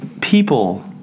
people